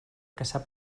caçar